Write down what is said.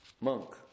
monk